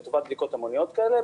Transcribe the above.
לטובת בדיקות המוניות כאלה,